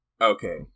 Okay